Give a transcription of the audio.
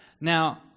Now